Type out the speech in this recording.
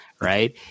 right